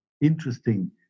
interesting